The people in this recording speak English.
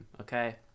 okay